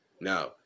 Now